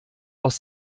aus